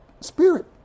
spirit